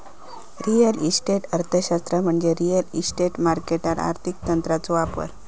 real estate अर्थशास्त्र म्हणजे real estate मार्केटात आर्थिक तंत्रांचो वापर